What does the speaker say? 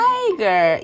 Tiger